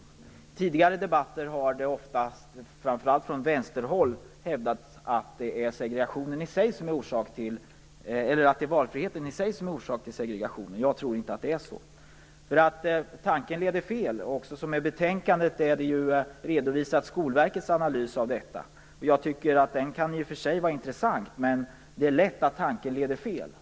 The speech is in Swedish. I tidigare debatter har det oftast, framför allt från vänsterhåll, hävdats att det är valfriheten i sig som är orsak till segregationen. Jag tror inte att det är så. Tanken leder fel. I betänkandet redovisas Skolverkets analys av detta. Det kan i och för sig vara intressant, men tanken leder lätt fel.